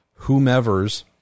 whomevers